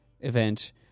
event